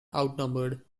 outnumbered